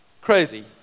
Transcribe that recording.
Crazy